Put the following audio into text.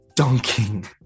dunking